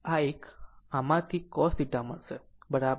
આમ આમાંથી cos theta મળશે 0